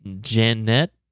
Janet